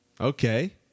Okay